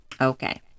Okay